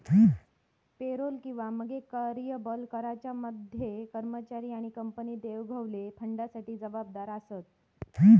payroll किंवा मगे कर्यबल कराच्या मध्ये कर्मचारी आणि कंपनी दोघवले फंडासाठी जबाबदार आसत